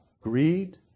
Greed